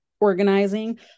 organizing